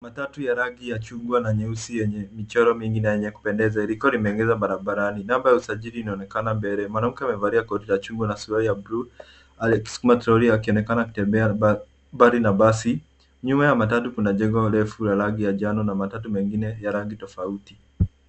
Matatu ya rangi ya chungwa na nyeusi yenye michoro mingi na yenye kupendeza lilikuwa limeegeshwa barabarani, namba ya usajili inaonekana mbele. Mwanamke amevalia koti ya chungwa na suruali ya bluu aliyekisukuma trolley akionekana akitembea mbali na basi . Nyuma ya matatu, kuna jengo refu la rangi ya njano na matatu mengine ya rangi tofauti.